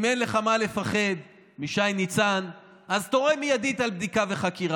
אם אין לך מה לפחד משי ניצן אז תורה מיידית על בדיקה וחקירה.